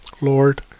Lord